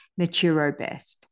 NaturoBest